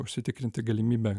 užsitikrinti galimybę